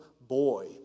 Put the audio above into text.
boy